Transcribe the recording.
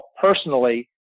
personally